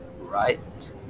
right